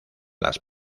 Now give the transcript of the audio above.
las